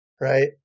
right